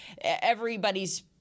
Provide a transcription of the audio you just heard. everybody's